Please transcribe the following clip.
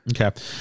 Okay